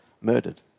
murdered